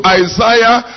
isaiah